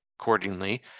accordingly